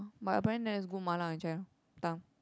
but apparently there's good MaLa in Chinatown